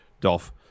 Dolph